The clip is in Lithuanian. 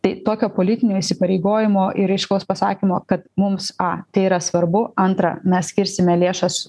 tai tokio politinio įsipareigojimo ir aiškaus pasakymo kad mums tai yra svarbu antra mes skirsime lėšas